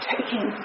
taking